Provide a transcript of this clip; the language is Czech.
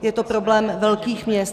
Je to problém velkých měst.